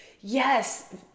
yes